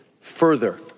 further